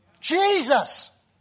Jesus